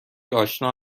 آشنا